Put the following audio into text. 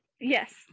Yes